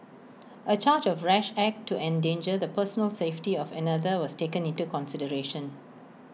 A charge of rash act to endanger the personal safety of another was taken into consideration